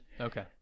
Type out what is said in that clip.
okay